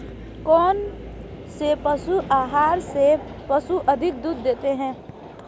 कौनसे पशु आहार से पशु अधिक दूध देते हैं?